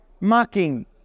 mocking